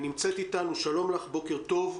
שלום לך, בוקר טוב.